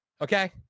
Okay